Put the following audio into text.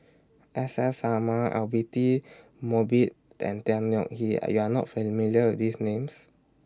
S S Sarma Abidi Mosbit and Tan Yeok Hee Are YOU Are not familiar with These Names